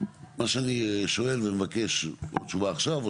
מה שאני שואל ומבקש תשובה עכשיו או